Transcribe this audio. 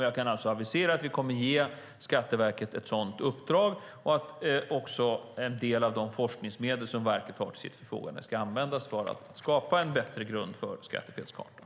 Jag kan alltså avisera att vi kommer att ge Skatteverket ett sådant uppdrag och att en del av de forskningsmedel som verket har till sitt förfogande ska användas för att skapa en bättre grund för skattefelskartan.